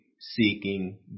seeking